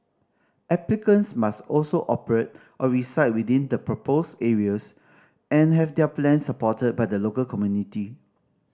applicants must also operate or reside within the proposed areas and have their plans supported by the local community